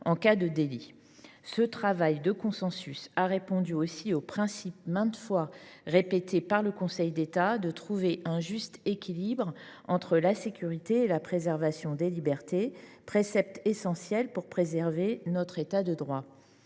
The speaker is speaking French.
en cas de délit. Ce travail de consensus a répondu aussi au principe, maintes fois répété par le Conseil d’État, du juste équilibre entre sécurité et préservation des libertés, précepte essentiel pour préserver notre État de droit.